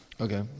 Okay